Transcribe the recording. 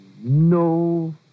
No